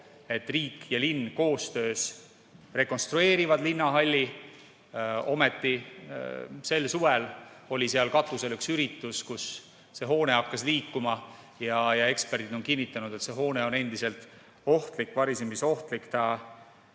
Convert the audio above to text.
et riik ja linn koostöös rekonstrueerivad Linnahalli. Aga sel suvel oli seal katusel üks üritus, kus see hoone hakkas kergelt liikuma, ja eksperdid on kinnitanud, et see hoone on ohtlik, varisemisohtlik. Ta